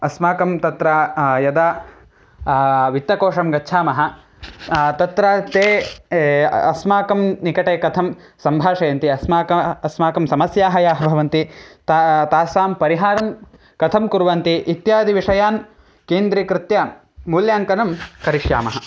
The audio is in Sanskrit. अस्माकं तत्र यदा वित्तकोशं गच्छामः तत्र ते अस्माकं निकटे कथं सम्भाषयन्ति अस्माकम् अस्माकं समस्याः याः भवन्ति तासां तासां परिहारं कथं कुर्वन्ति इत्यादिविषयान् केन्द्रीकृत्य मूल्याङ्कनं करिष्यामः